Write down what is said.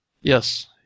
Yes